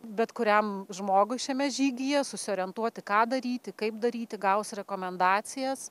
bet kuriam žmogui šiame žygyje susiorientuoti ką daryti kaip daryti gaus rekomendacijas